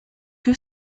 que